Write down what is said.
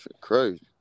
crazy